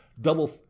double